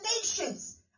nations